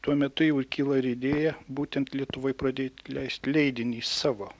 tuo metu jau kyla ir idėja būtent lietuvoj pradėti leisti leidinį savo